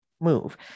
move